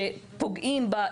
שפוגעים בחסמים,